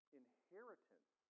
inheritance